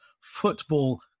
football